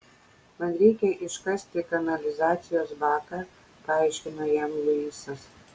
man reikia iškasti kanalizacijos baką paaiškino jam luisas